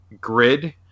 grid